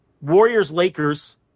Warriors-Lakers